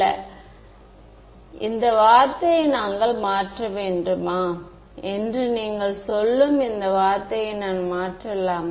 மாணவர் இந்த வார்த்தையை நாங்கள் மாற்ற வேண்டுமா என்று நீங்கள் சொல்லும் இந்த வார்த்தையை நான் மாற்றலாமா